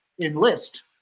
Enlist